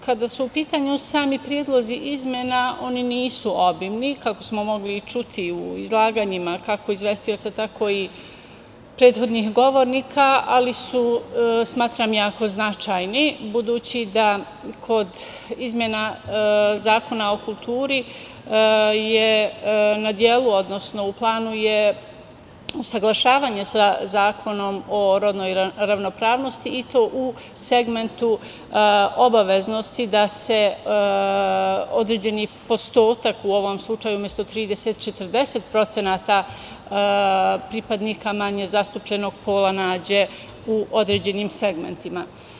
Kada su u pitanju sami predlozi izmena, oni nisu obimni, kako smo mogli i čuti u izlaganjima kako izvestioca, tako i prethodnih govornika, ali su, smatram, jako značajni, budući da je kod izmena Zakona o kulturi u planu usaglašavanje sa Zakonom o rodnoj ravnopravnosti i to u segmentu obaveznosti da se određeni procenat, u ovom slučaju umesto 30% 40% pripadnika manje zastupljenog pola nađe u određenim segmentima.